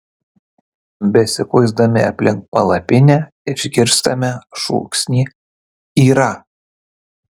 besikuisdami aplink palapinę išgirstame šūksnį yra